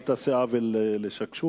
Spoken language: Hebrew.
אל תעשה עוול לשקשוקה,